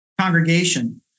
congregation